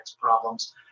problems